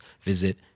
visit